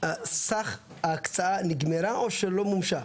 סך ההקצאה נגמרה או שלא מומשה?